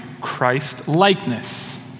Christ-likeness